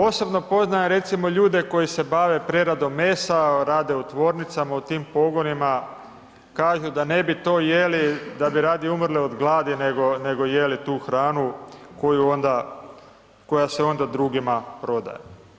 Osobno poznajem recimo ljude koji se bave preradom mesa, rade u tvornicama u tim pogonima, kažu da ne bi to jeli, da bi radije umrli od gladi, nego jeli tu hranu koja se onda drugima prodaje.